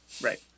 Right